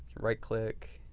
right click,